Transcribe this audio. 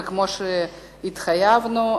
וכמו שהתחייבנו,